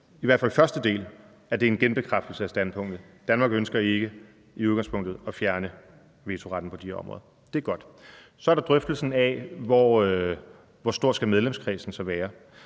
i hvert fald første del, altså at det er en genbekræftelse af standpunktet. Danmark ønsker ikke i udgangspunktet at fjerne vetoretten på de her områder. Det er godt. Så er der drøftelsen af, hvor stor medlemskredsen så skal